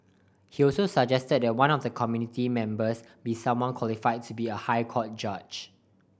he also suggested that one of the committee members be someone qualified to be a High Court judge